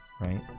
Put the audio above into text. Right